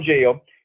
jail